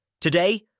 Today